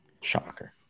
Shocker